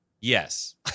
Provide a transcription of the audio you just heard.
Yes